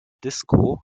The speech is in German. disco